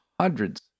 hundreds